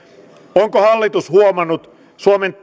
onko hallitus huomannut suomen